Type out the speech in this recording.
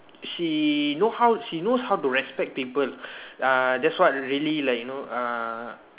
she know how she knows how to respect people uh that's what really like you know uh